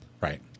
Right